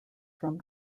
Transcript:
from